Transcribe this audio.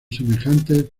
semejantes